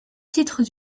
titres